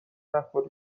نخوری